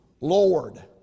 Lord